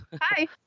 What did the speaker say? Hi